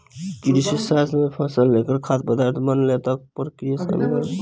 कृषिशास्त्र में फसल से लेकर खाद्य पदार्थ बनले तक कअ प्रक्रिया शामिल होला